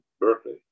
Berkeley